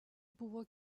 buvo